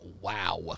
Wow